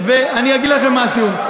אני אגיד לכם משהו,